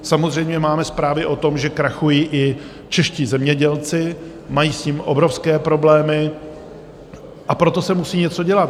Samozřejmě máme zprávy o tom, že krachují i čeští zemědělci, mají s tím obrovské problémy, a proto se musí něco dělat.